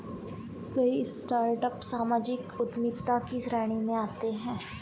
कई स्टार्टअप सामाजिक उद्यमिता की श्रेणी में आते हैं